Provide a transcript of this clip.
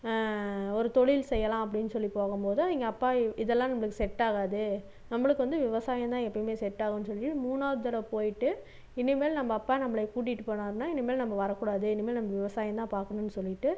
ஒரு தொழில் செய்யலாம் அப்படின்னு சொல்லி போகும்போது அவங்க அப்பா இதெல்லாம் நம்பளுக்கு செட் ஆகாது நம்பளுக்கு வந்து விவசாயம் தான் எப்போயுமே செட் ஆவுன்னு சொல்லி மூணாவது தடவை போயிவிட்டு இனிமேல் நம்ப அப்பா நம்பளை கூட்டிகிட்டு போனாருன்னா இனிமேல் நம்ப வரக்கூடாது இனிமேல் நம்ம விவசாயம் தான் பார்க்கணுன்னு சொல்லிவிட்டு